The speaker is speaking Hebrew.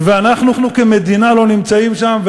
ואנחנו כמדינה לא נמצאים שם.